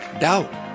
doubt